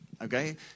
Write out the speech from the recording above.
Okay